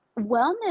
wellness